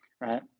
right